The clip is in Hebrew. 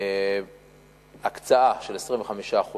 הקצאה של 25%